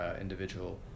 individual